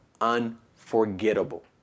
unforgettable